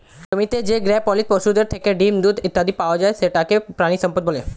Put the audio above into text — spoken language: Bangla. জমিতে যে গৃহপালিত পশুদের থেকে ডিম, দুধ ইত্যাদি পাওয়া যায় সেটাকে প্রাণিসম্পদ বলে